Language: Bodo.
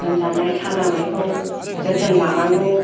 लोमजानाय साजानायखौ जोथोन लानांगौ